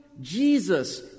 Jesus